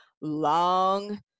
long